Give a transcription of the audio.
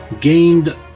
gained